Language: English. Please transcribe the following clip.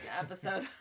episode